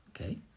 Okay